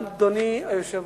אדוני היושב-ראש,